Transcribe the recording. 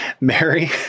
Mary